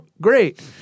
Great